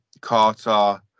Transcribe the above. Carter